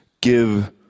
give